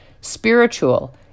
...spiritual